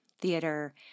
theater